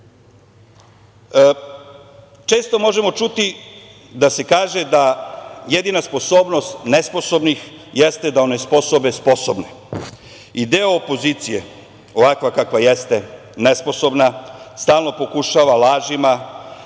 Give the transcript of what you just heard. Đilas. Često možemo čuti da se kaže da jedina sposobnost nesposobnih jeste da onesposobe sposobne. I deo opozicije, ovakva kakva jeste, nesposobna, stalno pokušava lažima,